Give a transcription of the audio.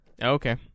Okay